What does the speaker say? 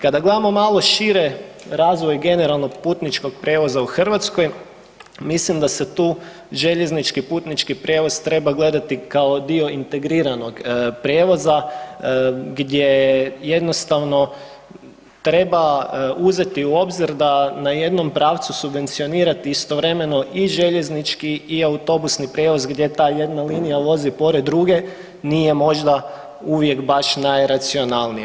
Kada gledamo malo šire razvoj generalno putničkog prijevoza u Hrvatskoj, mislim da se tu željeznički putnički prijevoz treba gledati kao dio integriranog prijevoza gdje jednostavno treba uzeti u obzir da na jednom pravcu subvencionirati istovremeno i željeznički i autobusni prijevoz gdje ta jedna linija vozi pored druge nije možda uvijek baš najracionalnije.